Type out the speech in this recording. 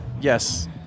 Yes